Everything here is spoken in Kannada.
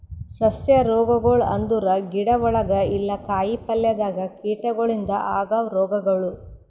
ಸಸ್ಯ ರೋಗಗೊಳ್ ಅಂದುರ್ ಗಿಡ ಒಳಗ ಇಲ್ಲಾ ಕಾಯಿ ಪಲ್ಯದಾಗ್ ಕೀಟಗೊಳಿಂದ್ ಆಗವ್ ರೋಗಗೊಳ್